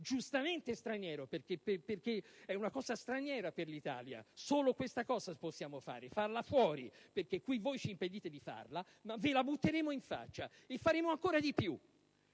giustamente straniero perché è un modo di fare "straniero" per l'Italia. Solo questo possiamo fare: farlo fuori perché qui voi ci impedite di farlo, ma ve lo butteremo in faccia. E faremo ancora di più: